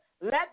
let